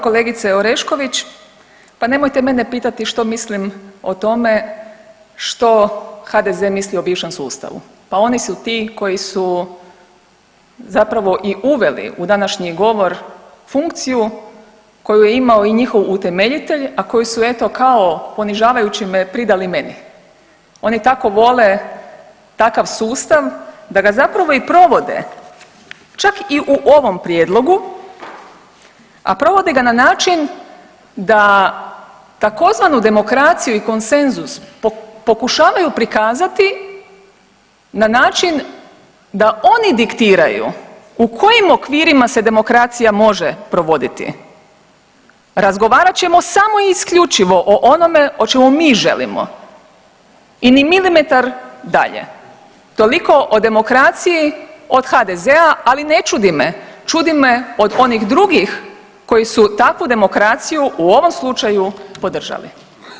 Kolegice Orešković, pa nemojte mene pitati što mislim o tome što HDZ misli o bivšem sustavu, pa oni su ti koji su zapravo i uveli u današnji govor funkciju koju je imao i njihov utemeljitelj, a koju su eto kao ponižavajućim pridali meni, oni tako vole takav sustav da ga zapravo i provode, čak i u ovom prijedlogu, a provode ga na način da tzv. demokraciju i konsenzus pokušavaju prikazati na način da oni diktiraju u kojim okvirima se demokracija može provoditi, razgovarat ćemo samo i isključivo o onome o čemu mi želimo i ni milimetar dalje, toliko o demokraciji od HDZ-a, ali ne čudi me, čudi me od onih drugih koji su takvu demokraciju u ovom slučaju podržali.